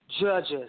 judges